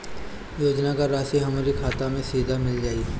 योजनाओं का राशि हमारी खाता मे सीधा मिल जाई?